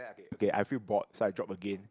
okay I feel bored so I drop again